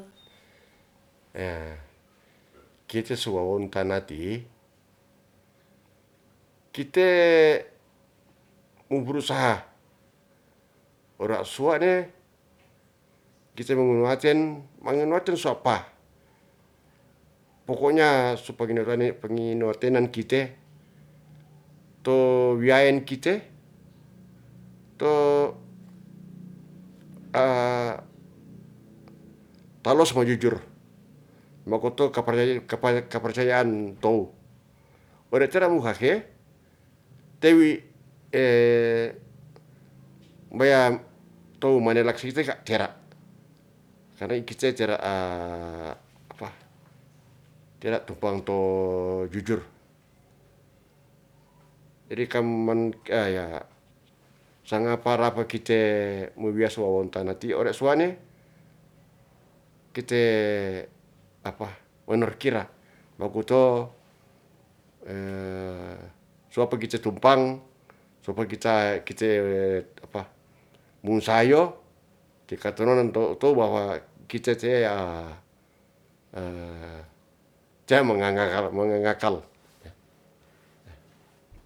Kita so wawontana ti'i kite muburusaha ora suwa'ne kite manguaten, manganuaten suapa, pokoknya pengi noa tenan kite to wiyaen kite to palos mo jujur. Makoto kaparcayaan tou, ore tera muhahe te wi' mbayam manelak site ka tera karna i kite tera tu pang to jujur. Jadi kam man ka ya' sangapa rapa kita mowiyas wawontana ti'i ora suwane kite apa, unur kira makoto suapa kita tumpang, suapa kita, kite apa, mungsayo ki' katononan to, to bahwa kite te'e ya tea mangangakal